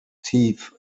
teeth